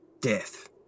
death